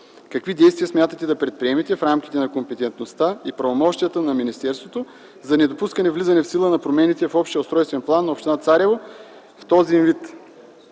Какви действия смятате да предприемете в рамките на компетентността и правомощията на министерството за недопускане влизане в сила на промените в Общия устройствен план на община Царево в този им